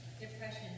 Depression